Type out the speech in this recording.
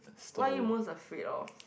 what are you most afraid of